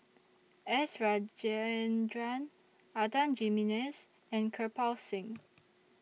S Rajendran Adan Jimenez and Kirpal Singh